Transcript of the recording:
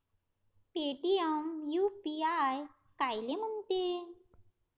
Paytm UPI कायले म्हनते?